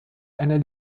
einer